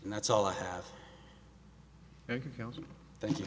and that's all i have to thank you